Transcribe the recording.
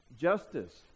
Justice